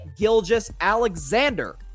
Gilgis-Alexander